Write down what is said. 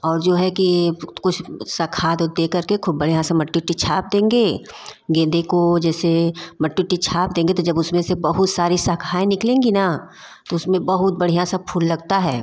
और जो है कि खाद दे कर बढ़िया से मट्टी वट्टी छाप देंगे गेंदे को जैसे मट्टी वट्टी छाप देते जब उसमें से बहुत सारी शाखाएँ निकलेंगी न तो उसमें बहुत बढ़िया सा फूल लगता है